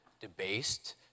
debased